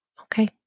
Okay